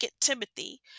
Timothy